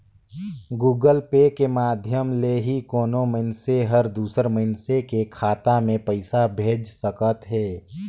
Google Pay के माधियम ले ही कोनो मइनसे हर दूसर मइनसे के खाता में पइसा भेज सकत हें